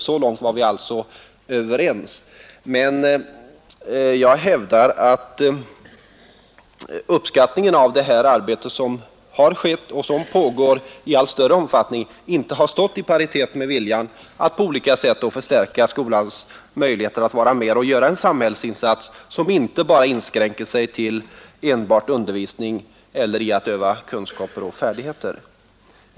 Så långt är vi alltså överens, men jag hävdar att uppskattningen av det arbete som skett och som pågår i allt större omfattning inte har statt i paritet med viljan att på olika sätt förstärka skolans möjligheter att vara med och göra en samhällsinsats, som inte bara inskränker sig till enbart undervisning eller till att uppöva kunskaper och färdigheter.